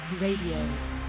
Radio